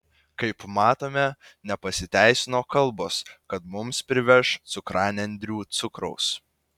kaip matome nepasiteisino kalbos kad mums priveš cukranendrių cukraus